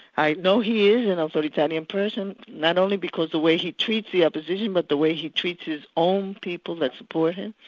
i know he is an authoritarian person, not only because of the way he treats the opposition, but the way he treats his own people that support him.